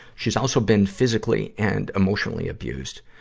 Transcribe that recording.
she's also been physically and emotionally abused.